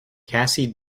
cassie